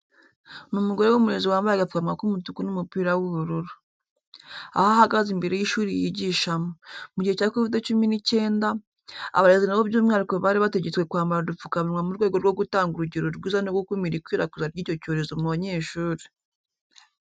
Ni umugore w'umurezi wambaye agapfukamunwa k'umutuku n'umupira w'ubururu, aho ahagaze imbere y'ishuri yigishamo. Mu gihe cya Kovide cumi n'icyenda abarezi na bo by'umwihariko bari bategetswe kwambara udupfukamunwa mu rwego rwo gutanga urugero rwiza no gukumira ikwirakwira ry'icyo cyorezo mu banyeshuri .